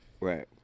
right